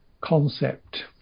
concept